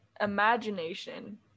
imagination